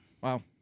wow